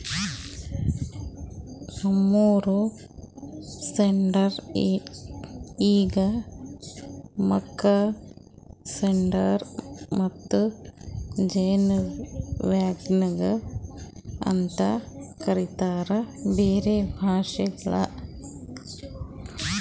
manure spreader ಈಗ್ muck spreader ಮತ್ತ ಜೇನ್ ವ್ಯಾಗನ್ ನು ಅಂತ ಕರಿತಾರ್ ಬೇರೆ ಭಾಷೆವಳಗ್